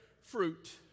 fruit